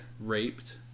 raped